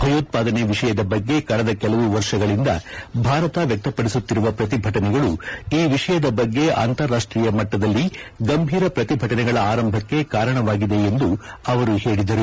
ಭಯೋತ್ವಾದನೆ ವಿಷಯದ ಬಗ್ಗೆ ಕಳೆದ ಕೆಲವು ವರ್ಷಗಳಿಂದ ಭಾರತ ವ್ಯಕ್ತಪದಿಸುತ್ತಿರುವ ಪ್ರತಿಭಟನೆಗಳು ಈ ವಿಷಯದ ಬಗ್ಗೆ ಅಂತಾರಾಷ್ಟೀಯ ಮಟ್ಟದಲ್ಲಿ ಗಂಭೀರ ಪ್ರತಿಭಟನೆಗಳ ಆರಂಭಕ್ಕೆ ಕಾರಣವಾಗಿದೆ ಎಂದು ಅವರು ಹೇಳಿದರು